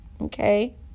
okay